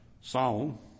song